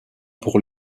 pour